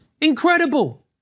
Incredible